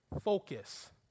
Focus